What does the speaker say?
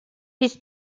this